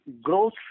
growth